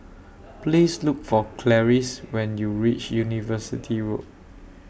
Please Look For Clarice when YOU REACH University Road